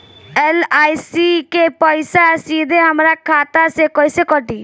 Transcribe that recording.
LIC के पईसा सीधे हमरा खाता से कइसे कटी?